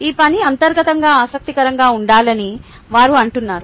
ఈ పని అంతర్గతంగా ఆసక్తికరంగా ఉండాలని వారు అంటున్నారు